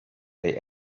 they